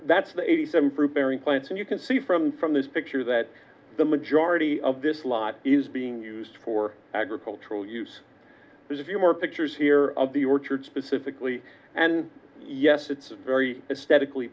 that's the eighty seven fruit bearing plants and you can see from from this picture that the majority of this lot is being used for agricultural use there's a few more pictures here of the orchard specifically and yes it's a very statically